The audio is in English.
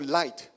light